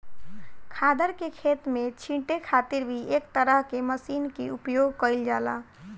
खादर के खेत में छींटे खातिर भी एक तरह के मशीन के उपयोग कईल जाला